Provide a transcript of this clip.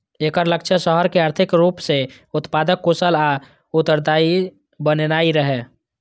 एकर लक्ष्य शहर कें आर्थिक रूप सं उत्पादक, कुशल आ उत्तरदायी बनेनाइ रहै